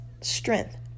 strength